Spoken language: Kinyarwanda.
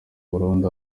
burundi